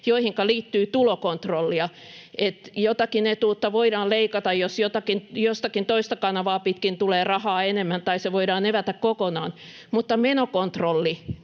joihinka liittyy tulokontrollia, niin että jotakin etuutta voidaan leikata, jos jotakin toista kanavaa pitkin tulee rahaa enemmän, tai se voidaan evätä kokonaan, mutta menokontrollia